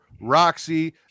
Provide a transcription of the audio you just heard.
Roxy